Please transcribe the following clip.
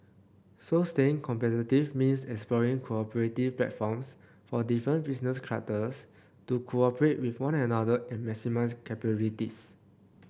so staying competitive means exploring cooperative platforms for different business clusters to cooperate with one another and maximise capabilities